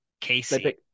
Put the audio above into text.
Casey